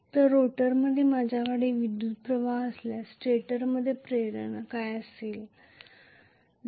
तर रोटरमध्ये माझ्याकडे विद्युत् प्रवाह असल्यास स्टेटरमध्ये इंडक्शन असेल काय